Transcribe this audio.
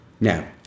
Now